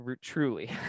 Truly